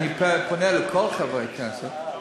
אני פונה לכל חברי הכנסת,